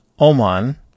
Oman